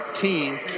team